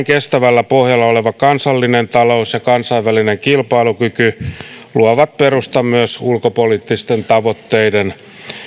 kestävällä pohjalla oleva kansallinen talous ja kansainvälinen kilpailukyky luovat perustan myös ulkopoliittisten tavoitteiden